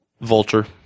vulture